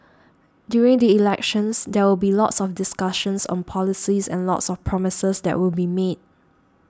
during the elections there will be lots of discussions on policies and lots of promises that will be made